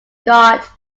got